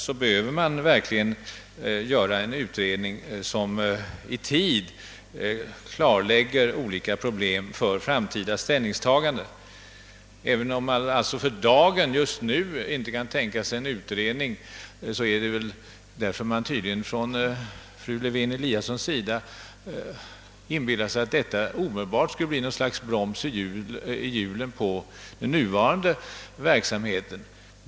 Enligt min mening behöver vi i denna situation verkligen tillsätta en utredning som i tid klarlägger problemen och möjliggör ett framtida ställningstagande. Att fru Lewén-Eliasson inte nu kan tänka sig en utredning beror tydligen på att hon inbillar sig att en sådan omedelbart skulle sätta en käpp i hjulet för den pågående verksamheten.